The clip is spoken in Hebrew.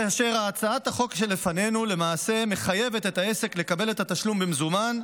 כאשר הצעת החוק שלפנינו למעשה מחייבת את העסק לקבל את התשלום במזומן,